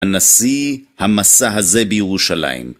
הנשיא המסע הזה בירושלים.